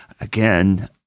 again